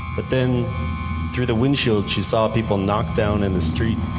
but then through the windshield, she saw people knocked down in the street.